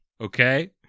Okay